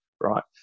Right